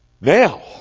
Now